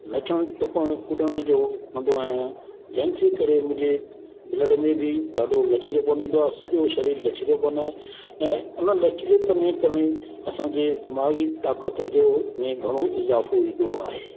नचणु टुपणु कुॾणु जो कंदो आहियां जंहिंजे करे मुंहिंजे ब्लड में बि ॾाढो लचीलोपन ईंदो आहे सॼो शरीर लचीलोपन आहे ऐं उन लचीलेपन जी कमी असांजे दिमाग़ी ताक़त जो में घणो इज़ाफ़ो ईंदो आहे